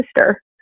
sister